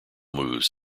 moves